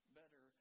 better